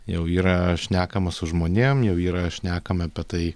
jau yra šnekama su žmonėm jau yra šnekame apie tai